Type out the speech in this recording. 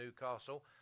Newcastle